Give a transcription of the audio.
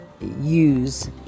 use